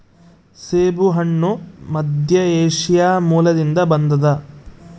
ಸೇಬುಹಣ್ಣು ಮಧ್ಯಏಷ್ಯಾ ಮೂಲದಿಂದ ಬಂದದ